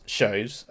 shows